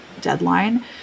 deadline